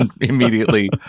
immediately